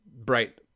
bright